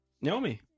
naomi